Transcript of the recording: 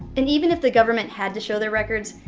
and even if the government had to show their records,